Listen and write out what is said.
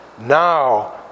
Now